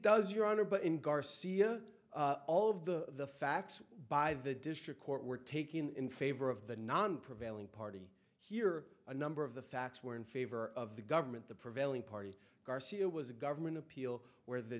does your honor but in garcia all of the facts by the district court were taken in favor of the non prevailing party here a number of the facts were in favor of the government the prevailing party garcia was a government appeal where the